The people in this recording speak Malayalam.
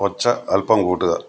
ഒച്ച അല്പം കൂട്ടുക